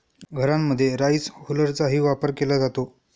घरांमध्ये राईस हुलरचाही वापर केला जातो